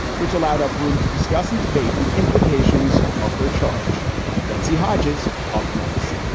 which allowed us room to discuss and debate the implications of her charge betsy hodges up next